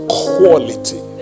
quality